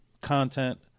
content